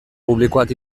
publikoak